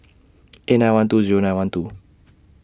eight nine one two Zero nine one two